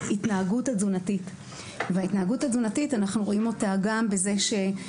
ההתנהגות התזונתית שאנחנו רואים אותה גם בכך,